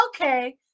okay